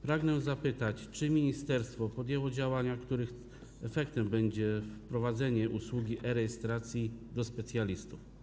Pragnę zapytać, czy ministerstwo podjęło działania, których efektem będzie wprowadzenie usługi e-rejestracji do specjalisty.